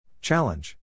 Challenge